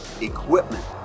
equipment